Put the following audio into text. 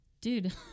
Dude